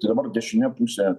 dabar dešinė pusė